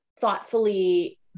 thoughtfully